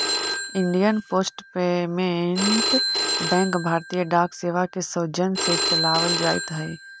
Indian post payment bank भारतीय डाक सेवा के सौजन्य से चलावल जाइत हइ